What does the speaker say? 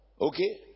Okay